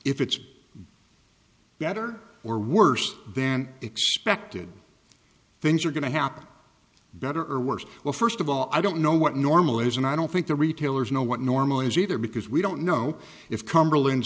if it's better or worse than expected things are going to happen better or worse well first of all i don't know what normal is and i don't think the retailers know what normal is either because we don't know if cumberland